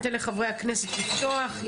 ניתן לחברי הכנסת לפתוח.